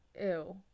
Ew